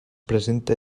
presenta